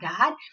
God